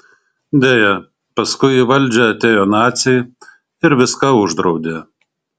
deja paskui į valdžią atėjo naciai ir viską uždraudė